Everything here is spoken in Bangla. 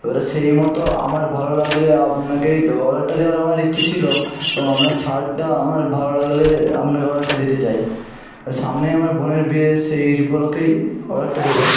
এবারে সেই মতো আমার ভালো লাগলে আপনাকেই অর্ডারটা দেওয়ার আমার ইচ্ছা ছিল এবং আপনার ছাড়টা আমার ভালো লাগলে আপনাকে অর্ডারটা দিতে চাই সামনে আমার বোনের বিয়ে সেই উপলক্ষ্যেই অর্ডারটা দেব